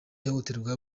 ihohoterwa